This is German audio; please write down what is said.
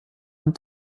und